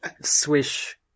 Swish